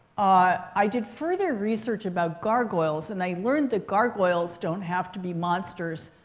ah i did further research about gargoyles. and i learned that gargoyles don't have to be monsters.